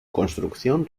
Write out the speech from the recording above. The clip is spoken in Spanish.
construcción